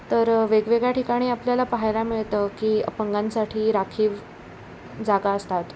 तर वेगवेगळ्या ठिकाणी आपल्याला पाहायला मिळतं की अपंगांसाठी राखीव जागा असतात